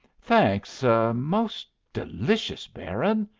thanks! ah most delicious, baron!